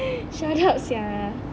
shut up sia